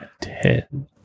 Ten